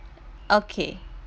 okay